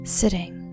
sitting